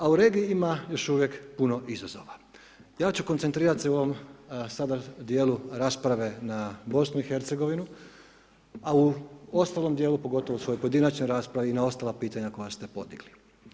A u regiji ima još uvijek puno izazova ja ću koncentrirat se u ovom sada dijelu rasprave na BiH, a u ostalom dijelu pogotovo svojoj pojedinačnoj raspravi i na ostala pitanja koja ste podigli.